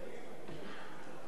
בבקשה.